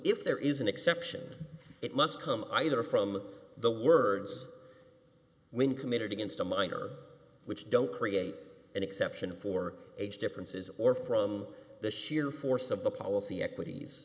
if there is an exception it must come either from the words when committed against a minor which don't create an exception for age differences or from the sheer force of the policy equities